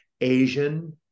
Asian